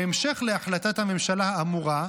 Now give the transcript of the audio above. בהמשך להחלטת הממשלה האמורה,